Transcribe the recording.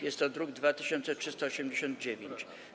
Jest to druk nr 2389.